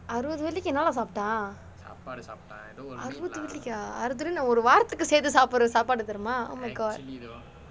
அறுவது வெள்ளிக்கு எண்ணலாம் சாப்பிட்டான் அறுவது வெள்ளியா ஒரு வாரத்துக்கு சேத்து சாப்பிடுற சாப்பாடு தெரியுமா:aruvathu vellikku ennalaam sappittan aruvathu velliyaa oru varathukku sethu sappidura sappaadu theriyumaa oh my god